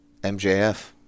mjf